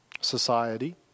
society